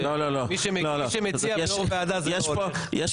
שמי שמציע והוא יו"ר ועדה זה לא --- האמירה